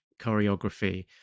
choreography